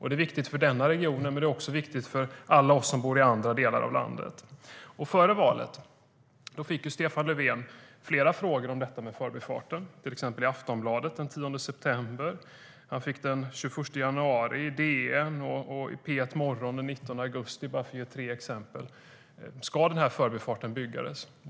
Det är viktigt för denna region, men det är också viktigt för alla oss som bor i andra delar av landet. den 19 augusti. Ska Förbifarten byggas?